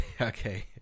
okay